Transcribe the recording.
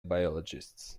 biologists